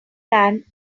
land